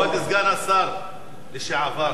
כבוד סגן השר לשעבר,